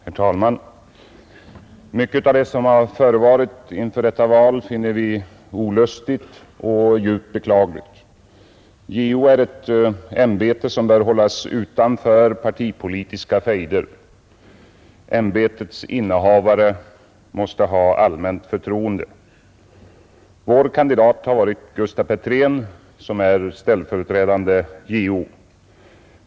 Herr talman! Mycket av det som har förevarit inför detta val finner vi olustigt och djupt beklagligt. JO är ett ämbete som bör hållas utanför partipolitiska fejder. Ämbetets innehavare måste ha allmänt förtroende. Vår kandidat har varit Gustaf Petrén, som är ställföreträdande JO.